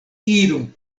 iru